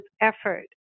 effort